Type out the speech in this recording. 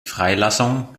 freilassung